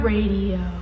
Radio